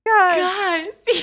Guys